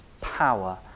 power